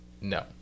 No